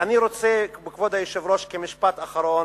אני רוצה, כבוד היושב-ראש, כמשפט אחרון,